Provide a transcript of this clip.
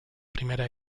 primera